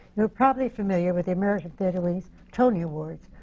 you're probably familiar with the american theatre wing's tony awards,